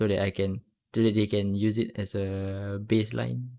so that I can so that they can use it as a baseline